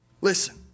Listen